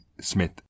Smith